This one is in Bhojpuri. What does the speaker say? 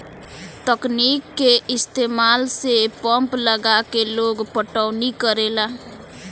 तकनीक के इस्तमाल से पंप लगा के लोग पटौनी करेला